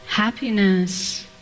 Happiness